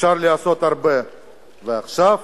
אפשר לעשות הרבה, ועכשיו,